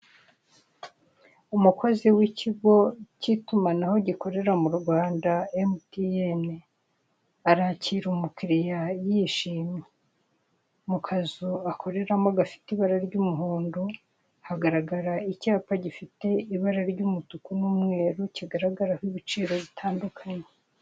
Umukozi w'ikigo cy'itumanaho gikorera mu Rwanda Mtn, arakira umukiliya yishimye, mu kazu akoreramo gafite ibara ry'umuhondo, hagaragara icyapa gifite ibara ry'umutuku n'umweru kigaragaraho ibiciro bitandukanye.